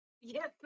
yes